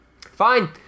Fine